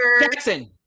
jackson